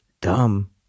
dumb